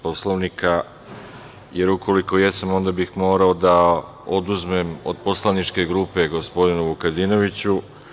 Poslovnika, jer ukoliko jesam, onda bih morao da oduzmem od poslaničke grupe gospodinu Vukadinoviću.